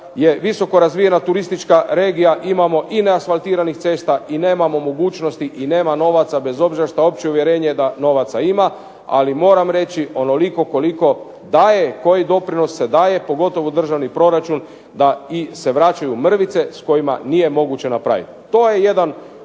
je visoko razvijena turistička regija imamo i neasfaltiranih cesta i nemamo mogućnosti i nema novaca bez obzira što opće uvjerenje je da novaca ima. Ali moram reći onoliko koliko daje, koji doprinos se daje pogotovo u državni proračun da im se vraćaju mrvice s kojima nije moguće napraviti. To je jedan